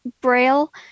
braille